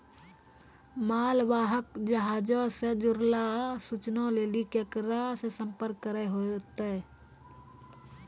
मालवाहक जहाजो से जुड़लो सूचना लेली केकरा से संपर्क करै होतै?